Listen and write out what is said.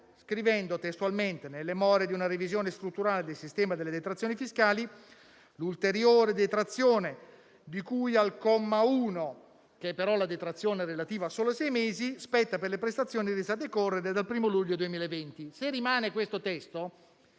scrivendo che nelle more di una revisione strutturale del sistema delle detrazioni fiscali, l'ulteriore detrazione, di cui al comma 1 - che è però la detrazione relativa solo a sei mesi - spetta per le prestazioni a decorrere dal primo luglio 2020. Se rimane questo testo,